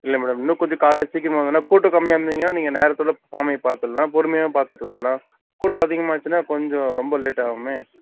இல்லை மேடம் இன்னும் கொஞ்சம் காலைலே சீக்கிரமாக வந்தீங்கன்னா கூட்டம் கம்மியாகருந்துதுனா நீங்கள் நேரத்தோடு சாமியை பார்த்துட்லாம் பொறுமையாகவும் பார்த்துட்டு வரலாம் கூட்டம் அதிகமாச்சினால் கொஞ்சம் ரொம்ப லேட் ஆகுமே